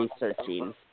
researching